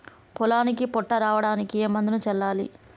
పొలానికి పొట్ట రావడానికి ఏ మందును చల్లాలి?